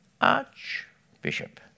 archbishop